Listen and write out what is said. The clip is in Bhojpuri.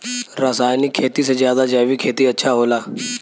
रासायनिक खेती से ज्यादा जैविक खेती अच्छा होला